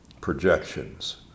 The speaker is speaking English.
projections